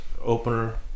opener